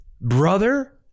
brother